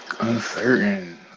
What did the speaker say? Uncertain